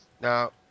Now